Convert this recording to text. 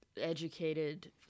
educated